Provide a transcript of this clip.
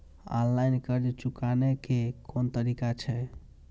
Online कर्ज चुकाने के कोन तरीका छै?